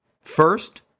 First